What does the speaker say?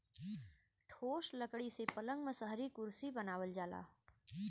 ठोस लकड़ी से पलंग मसहरी कुरसी बनावल जाला